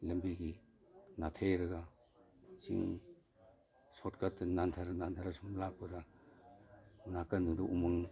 ꯂꯝꯕꯤꯒꯤ ꯅꯥꯊꯩꯔꯒ ꯆꯤꯡ ꯁꯣꯠꯀꯠꯇ ꯅꯥꯟꯊꯔ ꯅꯥꯟꯊꯔ ꯁꯨꯝ ꯂꯥꯛꯄꯗ ꯅꯥꯀꯟꯗꯨꯗ ꯎꯃꯪ